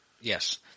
yes